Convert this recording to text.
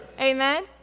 Amen